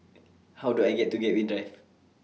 How Do I get to Gateway Drive